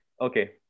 Okay